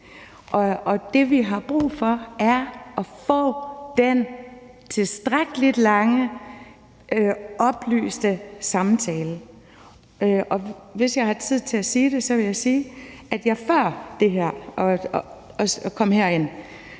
mig. Det, vi har brug for, er at få den tilstrækkelig lange oplyste samtale. Og hvis jeg har tid til at sige det, vil jeg sige, at før jeg kom herind,